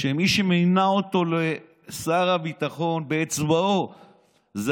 כשמי שמינה אותו לשר הביטחון באצבעו זה